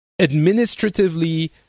administratively